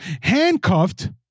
handcuffed